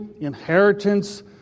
inheritance